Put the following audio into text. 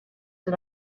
did